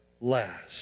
last